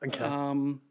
Okay